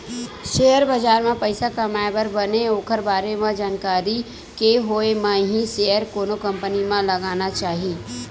share बजार म पइसा कमाए बर बने ओखर बारे म जानकारी के होय म ही सेयर कोनो कंपनी म लगाना चाही